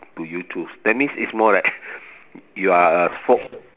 do you choose that means it's more like you are a spoke